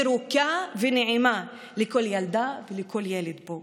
ירוקה ונעימה לכל ילדה ולכל ילד פה.